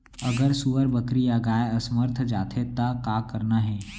अगर सुअर, बकरी या गाय असमर्थ जाथे ता का करना हे?